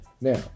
now